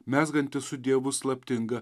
mezgantis su dievu slaptingą